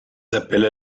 s’appelle